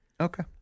Okay